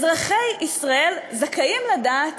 אזרחי ישראל זכאים לדעת